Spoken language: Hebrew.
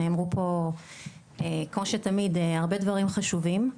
נאמרו פה כמו שתמיד הרבה דברים חשובים,